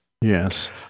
Yes